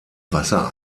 wasser